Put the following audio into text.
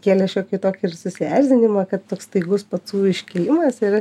kėlė šiokį tokį ir susierzinimą kad toks staigus pats iškilimas ir